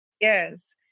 Yes